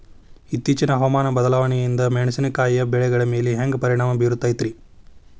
ಇತ್ತೇಚಿನ ಹವಾಮಾನ ಬದಲಾವಣೆಯಿಂದ ಮೆಣಸಿನಕಾಯಿಯ ಬೆಳೆಗಳ ಮ್ಯಾಲೆ ಹ್ಯಾಂಗ ಪರಿಣಾಮ ಬೇರುತ್ತೈತರೇ?